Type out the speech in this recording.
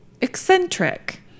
eccentric